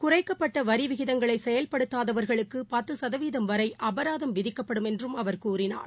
குறைக்கப்பட்டவரிவிகிதங்களைசெயல்படுத்தாதவர்களுக்குபத்துசதவீதம் வரைஅபராதம விதிக்கப்படும் என்றும் அவர் கூறினார்